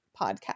podcast